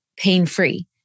Pain-free